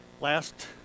last